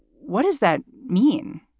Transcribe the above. what does that mean?